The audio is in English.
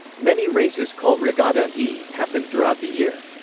many races called regata e happen throughout the year.